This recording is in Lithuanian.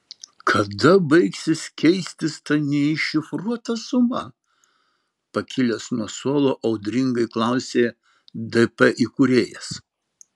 kada baigsis keistis ta neiššifruota suma pakilęs nuo suolo audringai klausė dp įkūrėjas